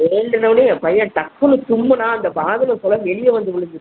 வேண்டுனா உடனே என் பையன் டக்குனு தும்முனா அந்த மாதுளை பழம் வெளியே வந்து விழுந்துச்சு